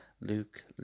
Luke